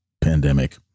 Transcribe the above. pandemic